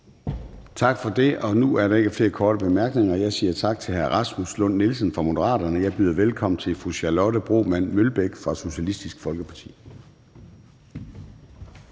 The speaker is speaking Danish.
Tak for det, og nu er der ikke flere korte bemærkninger. Jeg siger tak til hr. Rasmus Lund-Nielsen fra Moderaterne, og jeg byder velkommen til fru Charlotte Broman Mølbæk fra Socialistisk Folkeparti.